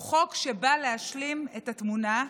הוא חוק שבא להשלים את התמונה,